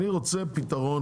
אני רוצה פתרון,